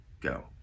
go